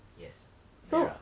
yes